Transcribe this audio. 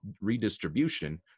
redistribution